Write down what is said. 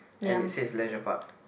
and it says leisure park